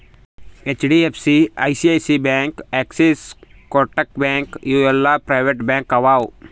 HDFC, ICICI bank, Axis, Kotak bank ಇವು ಎಲ್ಲಾ private bank ಅವಾ